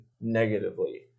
negatively